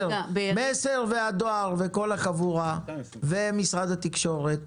"מסר" והדואר וכל החבורה ומשרד התקשורת,